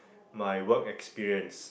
my work experience